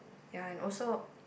ya and also